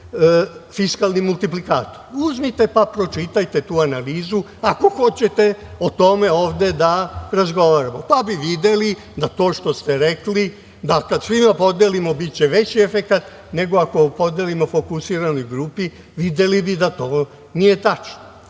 fiskalni multiplikatori. Uzmite pa pročitajte tu analizu ako hoćete o tome ovde da razgovaramo. Pa bi videli da to što ste rekli, da kada svima podelimo biće veći efekat, nego ako podelimo fokusiranoj grupi, videli bi da to nije tačno. Prema